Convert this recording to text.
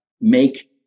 make